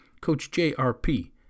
coachjrp